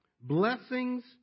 blessings